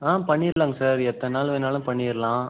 ஆ பண்ணிடலாங்க சார் எத்தனை நாள் வேணாலும் பண்ணிடலாம்